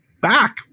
back